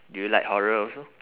do you like horror also